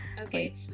Okay